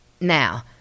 Now